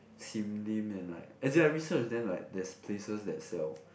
Sim Lim and like as in I research then like there's places that sell